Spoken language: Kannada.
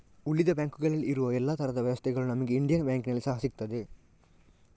ಉಳಿದ ಬ್ಯಾಂಕುಗಳಲ್ಲಿ ಇರುವ ಎಲ್ಲಾ ತರದ ವ್ಯವಸ್ಥೆಗಳು ನಮಿಗೆ ಇಂಡಿಯನ್ ಬ್ಯಾಂಕಿನಲ್ಲಿ ಸಹಾ ಸಿಗ್ತದೆ